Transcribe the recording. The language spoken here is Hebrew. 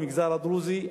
במגזר הדרוזי,